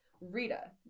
Rita